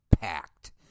packed